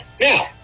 Now